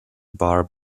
barr